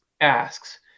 asks